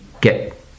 get